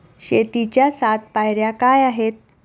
शेतीच्या सात पायऱ्या काय आहेत?